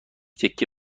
تکه